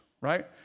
right